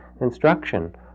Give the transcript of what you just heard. instruction